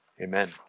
amen